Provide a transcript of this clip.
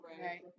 Right